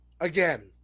again